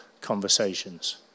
conversations